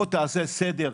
בוא תעשה סדר,